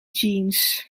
jeans